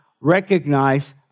recognize